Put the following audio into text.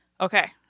okay